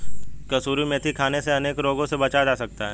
कसूरी मेथी खाने से अनेक रोगों से बचा जा सकता है